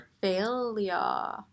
Failure